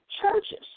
churches